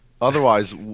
otherwise